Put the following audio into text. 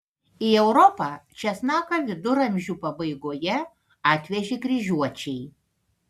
į europą česnaką viduramžių pabaigoje atvežė kryžiuočiai